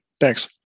Thanks